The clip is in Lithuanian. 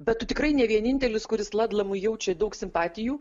bet tu tikrai ne vienintelis kuris ladlamui jaučia daug simpatijų